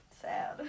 sad